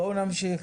בואו נמשיך.